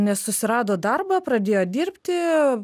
nes susirado darbą pradėjo dirbti